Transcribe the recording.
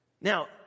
Now